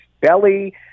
belly